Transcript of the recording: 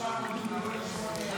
הכנתה לקריאה השנייה